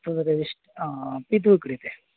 पितुः कृते